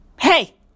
Hey